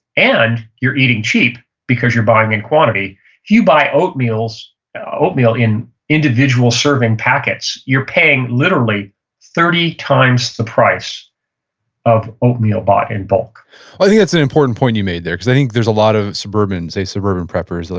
and you're eating cheap because you're buying in quantity. if you buy oatmeal so oatmeal in individual serving packets, you're paying literally thirty times the price of oatmeal bought in bulk i think it's an important point you made there because i think there's a lot of suburbans, say, suburban preppers, they're